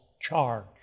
charge